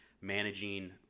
managing